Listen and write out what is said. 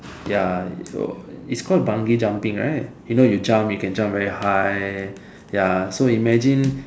ya so it's called Bungee jumping right you know you jump you can jump very high ya so imagine